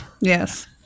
Yes